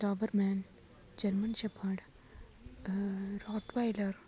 Doberman German shepherd Rottweiler